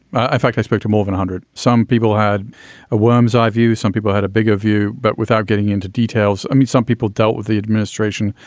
fact, i spoke to more than a hundred. some people had a worm's eye view. some people had a bigger view. but without getting into details, i mean, some people dealt with the administration,